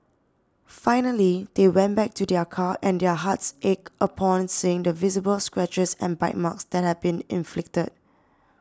finally they went back to their car and their hearts ached upon seeing the visible scratches and bite marks that had been inflicted